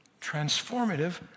transformative